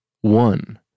one